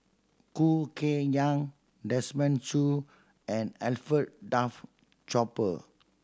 Khoo Kay Hian Desmond Choo and Alfred Duff Cooper